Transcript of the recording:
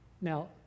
Now